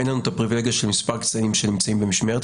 אין לנו את הפריבילגיה של מספר קצינים שנמצאים במשמרת.